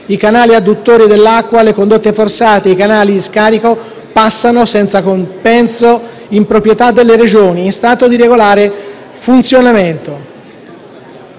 i canali adduttori dell'acqua, le condotte forzate e i canali di scarico passano, senza compenso, in proprietà delle Regioni, in stato di regolare funzionamento.